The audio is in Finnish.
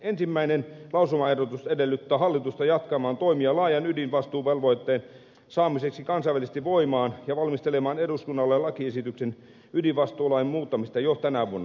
ensimmäinen lausumaehdotus edellyttää hallitusta jatkamaan toimia laajan ydinvastuuvelvoitteen saamiseksi kansainvälisesti voimaan ja valmistelemaan eduskunnalle lakiesityksen ydinvastuulain muuttamisesta jo tänä vuonna